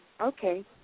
Okay